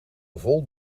vol